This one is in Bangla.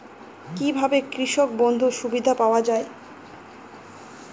কি ভাবে কৃষক বন্ধুর সুবিধা পাওয়া য়ায়?